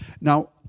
Now